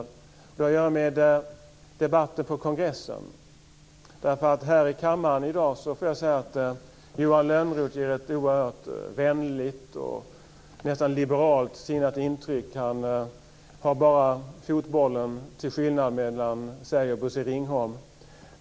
Det har att göra med debatten på kongressen. Här i kammaren i dag ger Johan Lönnroth ett oerhört vänligt och nästan liberalt sinnat intryck. Det är bara fotbollen som skiljer honom och Bosse Ringholm.